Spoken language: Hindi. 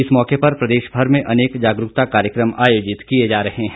इस मौके पर प्रदेश भर में अनेक जागरूकता कार्यक्रम आयोजित किये जा रहे हैं